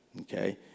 Okay